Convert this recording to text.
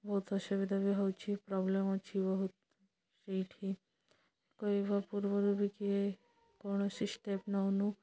ବହୁତ ଅସୁବିଧା ବି ହଉଛି ପ୍ରୋବ୍ଲେମ୍ ଅଛି ବହୁତ ସେଇଠି କହିବା ପୂର୍ବରୁ ବି କିଏ କୌଣସି ଷ୍ଟେପ୍ ନଉନୁ